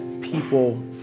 people